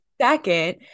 second